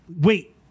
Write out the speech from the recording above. wait